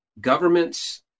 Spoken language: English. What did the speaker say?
governments